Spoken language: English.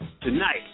tonight